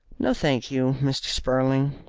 no, thank you, mr. spurling.